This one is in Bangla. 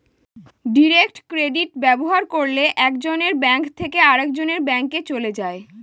ডিরেক্ট ক্রেডিট ব্যবহার করলে এক জনের ব্যাঙ্ক থেকে আরেকজনের ব্যাঙ্কে চলে যায়